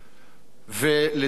ולדעתי,